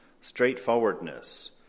straightforwardness